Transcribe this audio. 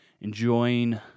enjoying